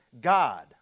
God